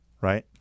right